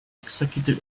executive